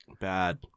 Bad